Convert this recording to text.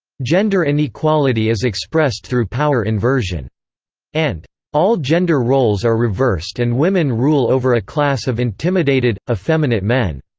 gender inequality is expressed through power inversion and all gender roles are reversed and women rule over a class of intimidated effeminate men.